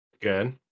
Good